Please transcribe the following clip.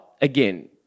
again